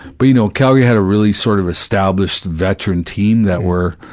but you know, calgary had a really sort of established veteran team that were,